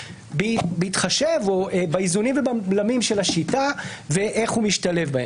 בהתחשב באיזונים ובבלמים של השיטה ואיך הוא משתלב בהם.